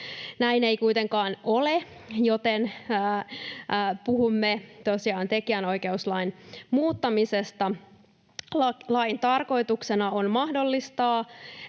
Näin ei kuitenkaan ole, joten puhumme tosiaan tekijänoikeuslain muuttamisesta. Lain tarkoituksena on mahdollistaa